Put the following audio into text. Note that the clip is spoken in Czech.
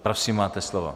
Prosím, máte slovo.